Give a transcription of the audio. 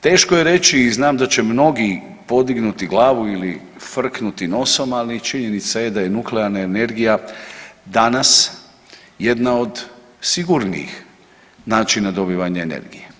Teško je reći i znam da će mnogi podignuti glavu ili frknuti nosom, ali činjenica je da je nuklearna energija danas jedna od sigurnijih načina dobivanja energije.